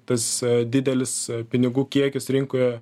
tas didelis pinigų kiekis rinkoje